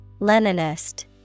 Leninist